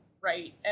right